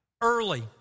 early